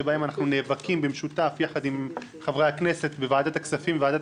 שבהם אנחנו נאבקים במשותף יחד עם חברי הכנסת בוועדת הכספים ובוועדת